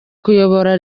kuyobora